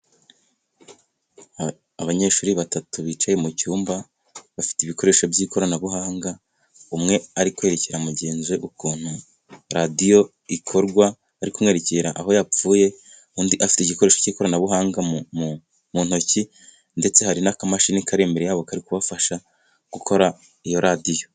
Abanyeshuri batatu bicaye mu cyumba bafite ibikoresho by'ikoranabuhanga. Umwe ari kwerekera mugenzi we ukuntu radiyo ikorwa, ari kumwereke aho yapfuye. Undi afite igikoresho cy'ikoranabuhanga mu ntoki ndetse hari n'akamashini kari imbere yabo kari kubafasha gukora iyo radiyo.